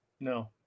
No